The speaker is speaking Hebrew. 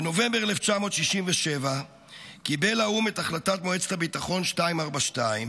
בנובמבר 1967 קיבל האו"ם את החלטת מועצת הביטחון 242,